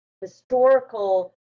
historical